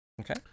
Okay